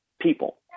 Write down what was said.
people